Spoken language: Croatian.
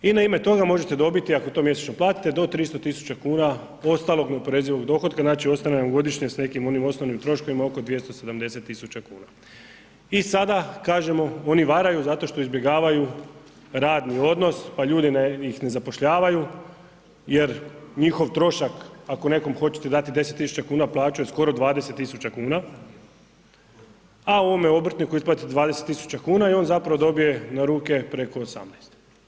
I na ime toga možete dobiti ako to mjesečno platite do 300.000,00 kn ostalog neoporezivog dohotka, znači ostane vam godišnje s nekim onim osnovnim troškovima oko 270.000,00 kn i sada kažemo oni varaju zato što izbjegavaju radni odnos, pa ljudi ih ne zapošljavaju jer njihov trošak ako nekom hoćete dati 10.000,00 kn plaću je skoro 20.000,00 kn, a ovome obrtniku isplatite 20.000,00 kn i on zapravo dobije na ruke preko 18.